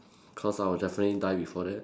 cause I will definitely die before that